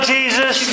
Jesus